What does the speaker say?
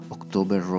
October